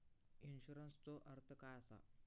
इन्शुरन्सचो अर्थ काय असा?